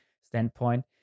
standpoint